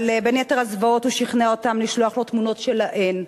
אבל בין יתר הזוועות הוא שכנע אותן לשלוח לו תמונות שלהן,